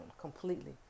completely